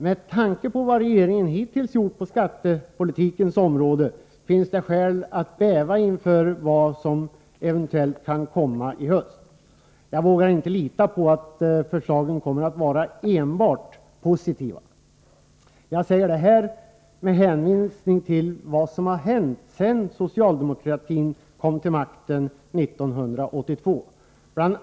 Med tanke på vad regeringen hittills har gjort på skattepolitikens område finns det skäl att bäva inför vad som eventuellt kan komma i höst. Jag vågar inte lita på att förslagen kommer att vara enbart positiva. Jag säger detta med hänvisning till vad som har hänt sedan socialdemokratin kom till makten 1982. Bl.